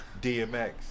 DMX